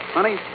Honey